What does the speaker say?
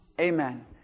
Amen